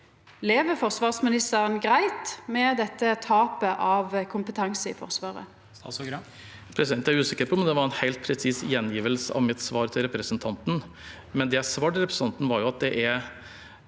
Lever forsvarsministeren greitt med dette tapet av kompetanse i Forsvaret? Statsråd Bjørn Arild Gram Jeg er usikker på om det var en helt presis gjengivelse av mitt svar til representanten. Det jeg svarte representanten, var at det er